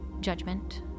judgment